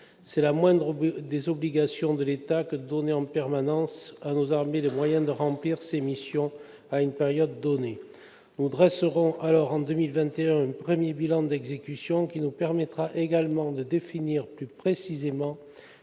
C'est la moindre des obligations de l'État de donner en permanence à notre armée les moyens de remplir ses missions à une période déterminée. Nous dresserons alors, en 2021, un premier bilan d'exécution, qui nous permettra également de définir plus précisément